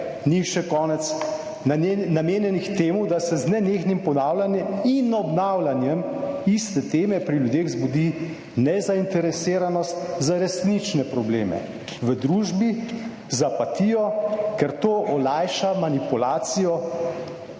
jih še konec, namenjenih temu, da se z nenehnim ponavljanjem in obnavljanjem iste teme pri ljudeh zbudi nezainteresiranost za resnične probleme v družbi z apatijo, ker to olajša manipulacijo,